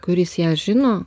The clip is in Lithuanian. kuris ją žino